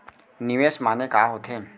निवेश माने का होथे?